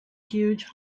huge